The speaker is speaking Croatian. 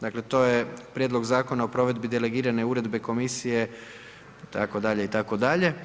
Dakle, to je Prijedlog zakona o provedbi delegiranje Uredbe komisije… itd., itd.